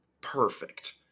Perfect